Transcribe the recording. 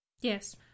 Yes